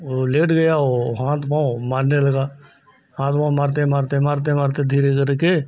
वह लेट गया और हाथ पाँव मारने लगा हाथ पाँव मारते मारते मारते मारते धीरे करके